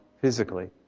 physically